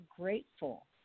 grateful